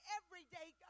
everyday